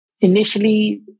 Initially